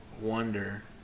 wonder